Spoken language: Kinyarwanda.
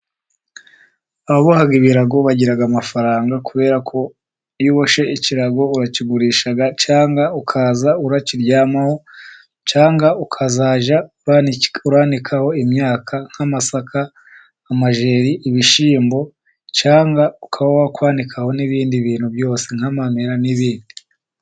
Ababoha ibirago bagira amafaranga, kubera ko iyo uboshye ikirago urakigurisha, cyangwa ukazajya urakiryamaho, cyangwa ukazajya uranikaho imyaka, nk'amasaka, amajyeri, ibishyimbo, cyangwa ukaba wakwanikaho n'ibindi bintu byose, nk'amamera n'ibindi.